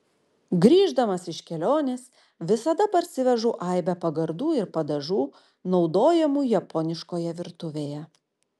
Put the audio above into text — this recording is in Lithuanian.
grįždamas iš kelionės visada parsivežu aibę pagardų ir padažų naudojamų japoniškoje virtuvėje